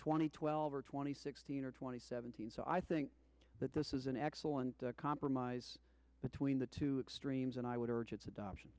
and twelve or twenty sixteen or twenty seventeen so i think that this is an excellent compromise between the two extremes and i would